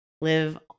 live